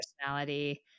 personality